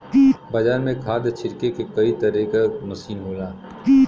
बाजार में खाद छिरके के कई तरे क मसीन होला